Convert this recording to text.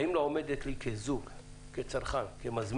האם כזוג לא עומדת לי כצרכן, כמזמין,